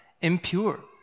impure